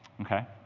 okay